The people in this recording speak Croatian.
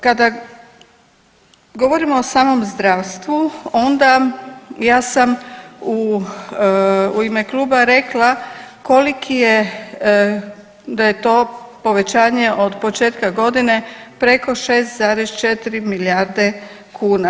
Kada govorimo o samom zdravstvu onda ja sam u, u ime kluba rekla koliko je, da je to povećanje od početka godine preko 6,4 milijarde kuna.